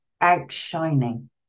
outshining